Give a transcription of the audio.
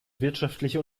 wirtschaftliche